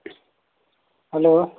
hello